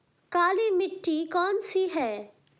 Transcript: काली मिट्टी कौन सी है?